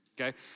okay